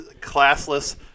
classless